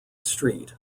street